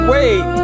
Wait